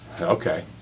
okay